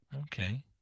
Okay